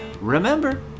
remember